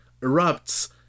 erupts